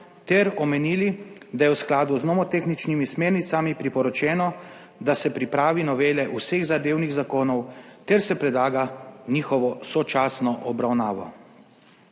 ter omenili, da je v skladu z nomotehničnimi smernicami priporočeno, da se pripravi novele vseh zadevnih zakonov ter se predlaga njihovo sočasno obravnavo.